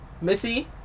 Missy